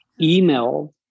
email